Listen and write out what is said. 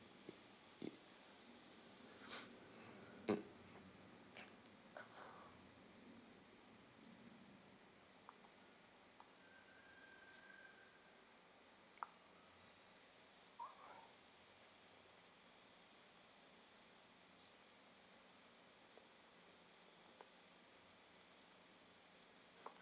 mm